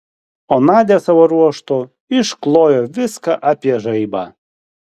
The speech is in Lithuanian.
o nadia savo ruožtu išklojo viską apie žaibą